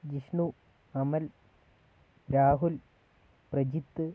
Jishnu Amal Rahul Prajith